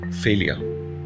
failure